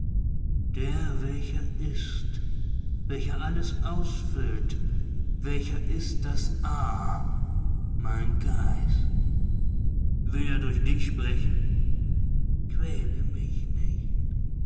der welcher ist welcher alles ausfüllt welcher ist das a mein geist will er durch dich sprechen quäle mich nicht